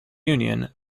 union